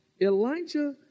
Elijah